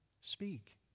Speak